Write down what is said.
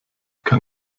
kann